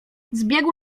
zbiegł